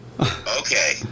Okay